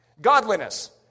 Godliness